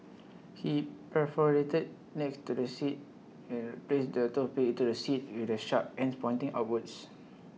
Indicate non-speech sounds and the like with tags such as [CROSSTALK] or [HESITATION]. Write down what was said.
he perforated next to the seat [HESITATION] placed the toothpicks into the seat with the sharp ends pointing upwards